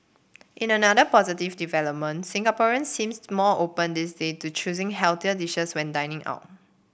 in another positive development Singaporeans seem more open these days to choosing healthier dishes when dining out